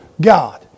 God